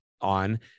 on